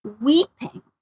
weeping